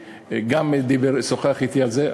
גם שוחח אתי על זה.